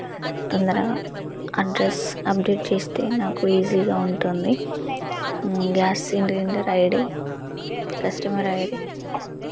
తొందరగా address update చేస్తే నాకు ఈజీగా ఉంటుంది gas cylinder ID customer ID